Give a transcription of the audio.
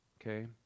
okay